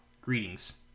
Greetings